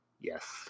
Yes